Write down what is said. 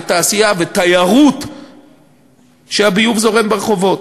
תעשייה ותיירות כשהביוב זורם ברחובות?